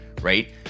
right